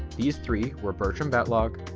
these three were bertram batlogg,